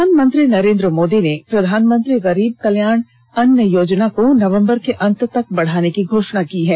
प्रधानमंत्री नरेन्द्र मोदी ने प्रधानमंत्री गरीब कल्याण अन्न योजना को नवम्बर के अंत तक बढ़ाने की घोषणा की है